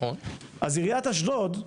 אז עיריית אשדוד,